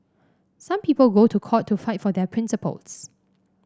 some people go to court to fight for their principles